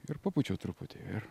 ir papūčiau truputį ir